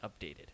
updated